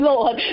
Lord